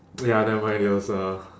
ya never mind it was uh